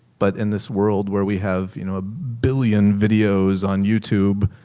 but in this world where we have you know a billion videos on youtube,